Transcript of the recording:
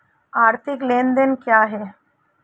आर्थिक लेनदेन क्या है?